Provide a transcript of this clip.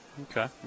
Okay